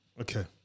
Okay